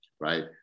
Right